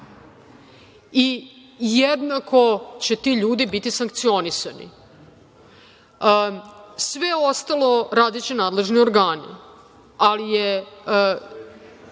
i jednako će ti ljudi biti sankcionisani. Sve ostalo radiće nadležni organi, ali stav